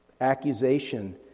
Accusation